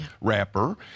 rapper